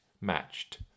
matched